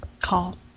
call